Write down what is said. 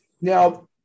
Now